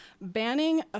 banning